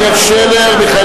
עתניאל שנלר, מיכאל